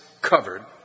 covered